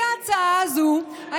לפי ההצעה הזאת,